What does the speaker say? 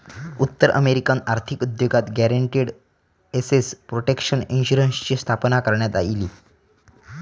उत्तर अमेरिकन आर्थिक उद्योगात गॅरंटीड एसेट प्रोटेक्शन इन्शुरन्सची स्थापना करण्यात इली